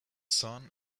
son